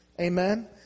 Amen